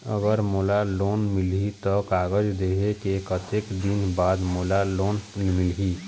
अगर मोला लोन मिलही त कागज देहे के कतेक दिन बाद मोला लोन मिलही?